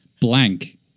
blank